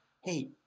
hey